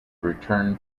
returned